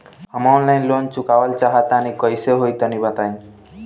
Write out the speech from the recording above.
हम online loan चुकावल चाहऽ तनि कइसे होई तनि बताई?